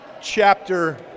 chapter